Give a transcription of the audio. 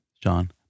john